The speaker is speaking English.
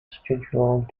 scheduled